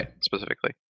specifically